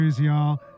y'all